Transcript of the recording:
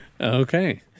Okay